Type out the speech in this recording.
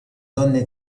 donne